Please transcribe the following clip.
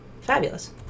Fabulous